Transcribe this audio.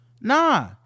nah